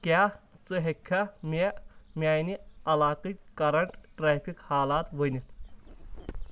کیٛاہ ژٕ ہیٚککھا مےٚ میانہِ علاقٕچ کرنٹ ٹریفکٕچ حالت ؤنِتھ